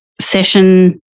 session